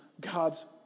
God's